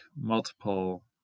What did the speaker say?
multiple